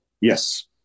Yes